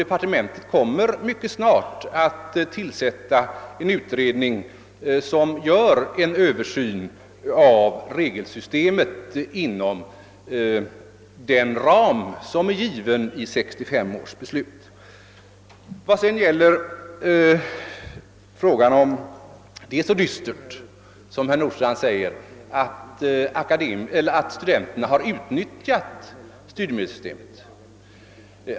Departementet kommer också mycket snart att tillsätta en utredning, som skall genomföra den översynen av regelsystemet inom den ram som är angiven i 1965 års beslut. Herr Nordstrandh menade vidare att det var dystert att studenterna i sådan utsträckning har utnyttjat studiemedelssystemet.